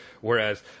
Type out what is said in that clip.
Whereas